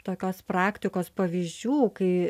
tokios praktikos pavyzdžių kai